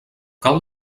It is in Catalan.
cal